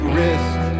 risk